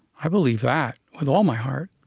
i believe that with all my heart